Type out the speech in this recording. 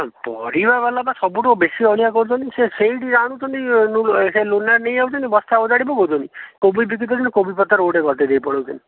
ହଁ ପରିବା ଵାଲା ପା ସବୁଠୁ ବେଶି ଅଳିଆ କରୁଛନ୍ତି ସେହିଠି ଆଣୁଛନ୍ତି ସେ ଲୁନା ନେଇ ଯାଉଛନ୍ତି ବସ୍ତା ଅଜାଡ଼ି ପକାଉଛନ୍ତି କୋବି ବିକ୍ରି କରି କୋବି ପତ୍ର ଗଦାଇ ଦେଇ ପଳେଇ ଯାଉଛନ୍ତି